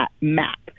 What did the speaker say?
map